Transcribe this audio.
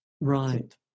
Right